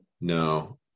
No